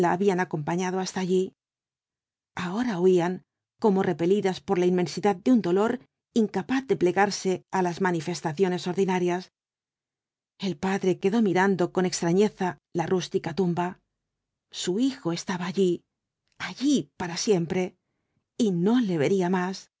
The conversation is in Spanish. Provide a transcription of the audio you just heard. habían acompañado hasta allí ahora huían como repelidas por la inmensidad de un dolor incapaz de plegarse á las manifestaciones ordinarias el padre quedó mirando con extrafieza la rústica v blasco ibáñhz tnmba su hijo estaba allí allí para siempre y no le vería más